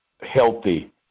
healthy